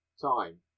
time